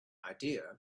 idea